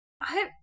I-